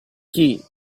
chi